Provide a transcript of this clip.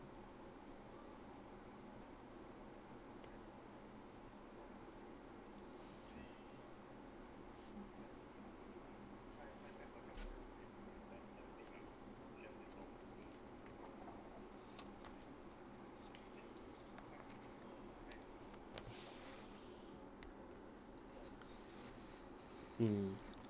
mmhmm